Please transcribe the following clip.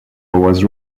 was